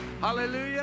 Hallelujah